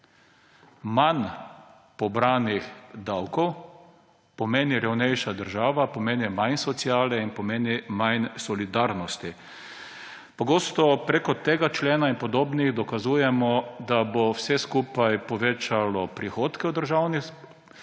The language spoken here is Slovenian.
Manj pobranih davkov pomeni revnejšo državo, pomeni manj sociale in pomeni manj solidarnosti. Pogosto prek tega člena in podobnih dokazujemo, da bo vse skupaj povečalo prihodke v državni